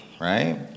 Right